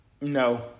No